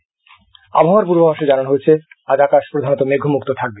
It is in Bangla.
আবহাওয়া আবহাওয়ার পূর্বাভাসে জানানো হয়েছে আজ আকাশ প্রধানত মেঘমুক্ত থাকবে